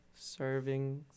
servings